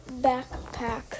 backpack